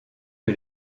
que